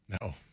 No